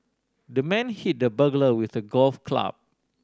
the man hit the burglar with the golf club